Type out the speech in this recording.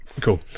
cool